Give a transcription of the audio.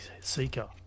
Seeker